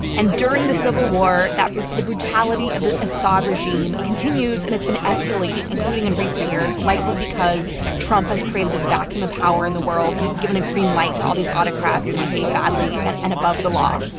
and during the civil war, the brutality of the assad regime continues, and it's been escalating, including in recent years, likely because trump has created this vacuum of power in the world and given a green light to all these autocrats to behave badly and and above the law,